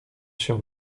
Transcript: się